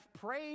prayed